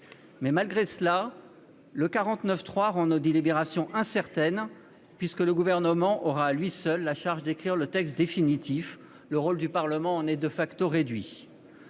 Mais le 49.3 rend nos délibérations incertaines, puisque le Gouvernement aura à lui seul la charge d'écrire le texte définitif. Le rôle du Parlement en est réduit.